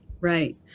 Right